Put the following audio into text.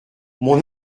mon